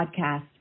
podcast